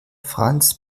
franz